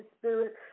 Spirit